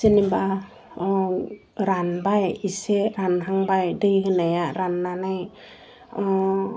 जेनिबा रानबाय एसे रानहांबाय दै होनाया राननानै